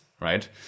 right